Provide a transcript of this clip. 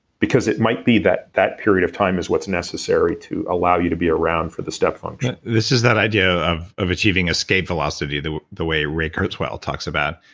it might be that that period of time is what's necessary to allow you to be around for the step function this is that idea of of achieving escape velocity, the the way ray kurzweil talks about,